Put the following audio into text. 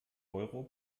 euro